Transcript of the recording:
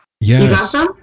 Yes